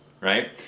right